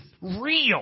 real